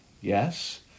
Yes